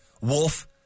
Wolf